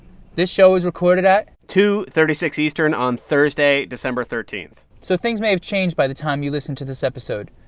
this show was recorded at. two thirty six eastern on thursday, december thirteen point so things may have changed by the time you listen to this episode.